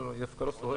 לא, היא דווקא לא שורפת.